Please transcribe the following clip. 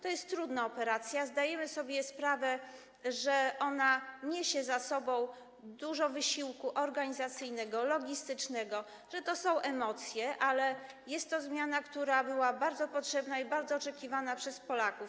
To jest trudna operacja i zdajemy sobie sprawę, że ona niesie za sobą duży wysiłek organizacyjny, logistyczny, że wiąże się z emocjami, ale jest to zmiana, która była bardzo potrzebna i bardzo oczekiwana przez Polaków.